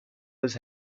his